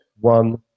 one